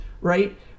right